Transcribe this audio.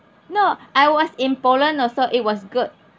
no I was in poland also it was good